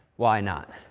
why not?